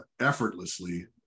effortlessly